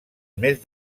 més